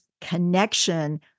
connection